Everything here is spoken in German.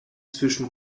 zwischen